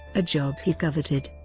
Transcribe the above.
a job he coveted.